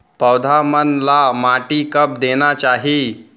पौधा मन ला माटी कब देना चाही?